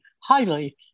highly